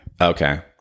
Okay